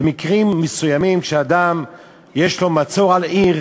במקרים מסוימים, כשיש מצור על עיר,